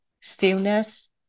stillness